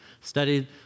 studied